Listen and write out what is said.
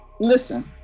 listen